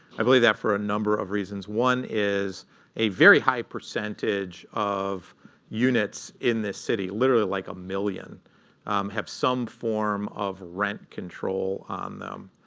i believe that for a number of reasons. one is a very high percentage of units in this city literally like a million have some form of rent control on them,